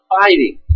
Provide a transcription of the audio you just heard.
fighting